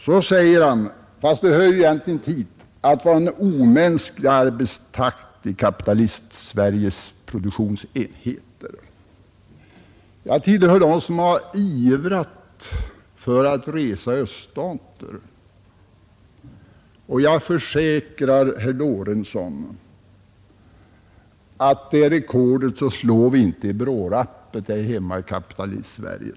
Sedan påstår herr Lorentzon — fast det hör egentligen inte hit — att det råder en omänsklig arbetstakt i Kapitalistsveriges produktionsenheter. Jag tillhör dem som har ivrat för att resa i öststaterna, och jag försäkrar herr Lorentzon, att vi inte slår öststaternas rekord i brådrappet här hemma i Kapitalistsverige.